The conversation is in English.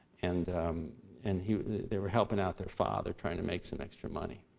and and they were helping out their father, trying to make some extra money,